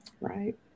Right